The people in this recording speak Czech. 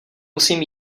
musím